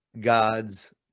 god's